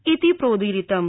इति प्रोदीरितम्